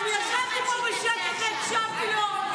אני ישבתי פה בשקט והקשבתי לו,